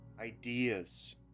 ideas